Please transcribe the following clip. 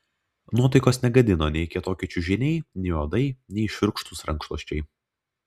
nuotaikos negadino nei kietoki čiužiniai nei uodai nei šiurkštūs rankšluosčiai